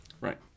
Right